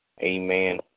Amen